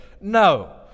No